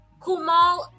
kumal